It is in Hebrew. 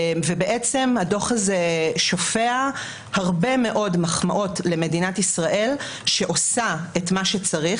ובעצם הדוח הזה שופע הרבה מאוד מחמאות למדינת ישראל שעושה את מה שצריך,